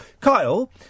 Kyle